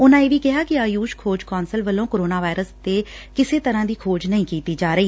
ਉਨੂਾ ਇਹ ਵੀ ਕਿਹਾ ਕਿ ਆਯੂਸ਼ ਖੋਜ ਕੌਂਸਲ ਵੱਲੋਂ ਕੋਰੋਨਾ ਵਾਇਰਸ ਤੇ ਕਿਸੇ ਤਰੂਾ ਦੀ ਖੋਜ ਨਹੀਂ ਕੀਤੀ ਜਾ ਰਹੀ